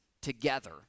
Together